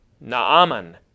Naaman